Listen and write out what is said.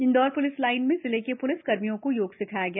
Mandsaur police line में जिले के प्लिस कर्मियों को योग सिखाया गया